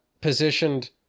positioned